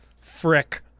Frick